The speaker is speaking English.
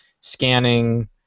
scanning